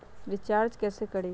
Recharge कैसे करीब?